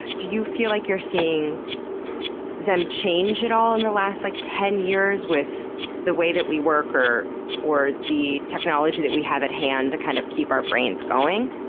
do you feel like you're seeing them change at all in the last like ten years with the way that we work or or the technology that we have at hand to kind of keep our brains going?